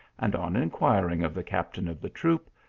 and on inquiring of the captain of the troop,